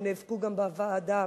שנאבקו גם בוועדה,